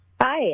Hi